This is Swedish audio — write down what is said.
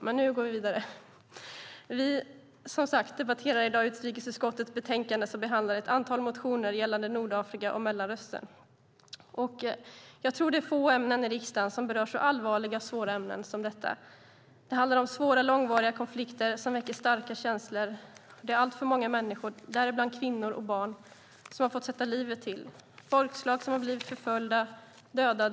Men nu ska jag gå vidare. Vi debatterar i dag utrikesutskottets betänkande som behandlar ett antal motioner gällande Nordafrika och Mellanöstern. Jag tror att det är få ämnen i riksdagen som berör så allvarliga och svåra frågor som detta. Det handlar om svåra och långvariga konflikter som väcker starka känslor. Det är alltför många människor, däribland kvinnor och barn, som har fått sätta livet till. Folkslag har blivit förföljda och dödade.